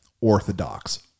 orthodox